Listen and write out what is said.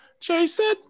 Jason